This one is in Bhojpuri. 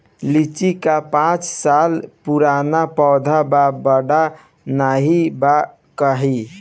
लीची क पांच साल पुराना पौधा बा बढ़त नाहीं बा काहे?